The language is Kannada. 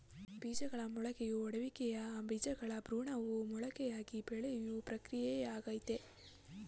ಬೀಜಗಳ ಮೊಳಕೆಯೊಡೆಯುವಿಕೆಯು ಬೀಜಗಳ ಭ್ರೂಣವು ಮೊಳಕೆಯಾಗಿ ಬೆಳೆಯೋ ಪ್ರಕ್ರಿಯೆಯಾಗಯ್ತೆ